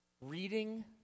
Reading